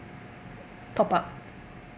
top up